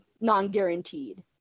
non-guaranteed